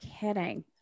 kidding